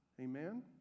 Amen